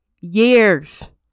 years